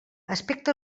aspecte